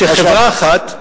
שחברה אחת,